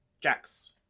Jack's